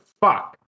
fuck